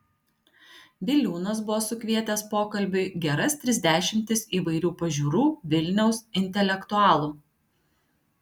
viliūnas buvo sukvietęs pokalbiui geras tris dešimtis įvairių pažiūrų vilniaus intelektualų